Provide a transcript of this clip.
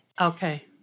Okay